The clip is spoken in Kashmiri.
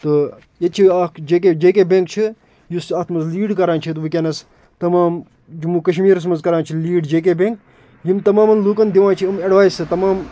تہٕ ییٚتہِ چھِ اَکھ J K J K bank چھِ یُس اَتھ منٛز لیٖڈ کران چھِ تہٕ وٕکٮ۪نَس تمام جموں کشمیٖرَس منٛز کران چھِ لیٖڈ جے کے بٮ۪نٛک یِم تمامَن لوٗکَن دِوان چھِ یِم اٮ۪ڈوایسہٕ تمام